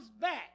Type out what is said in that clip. back